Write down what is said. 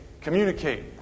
communicate